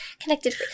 connected